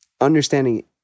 understanding